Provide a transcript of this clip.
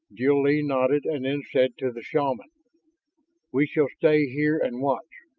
jil-lee nodded and then said to the shaman we shall stay here and watch.